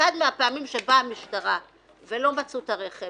באחת מן הפעמים שבאה המשטרה ולא מצאה את בעל הרכב